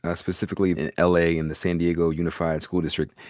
ah specifically in l. a. and the san diego unified school district,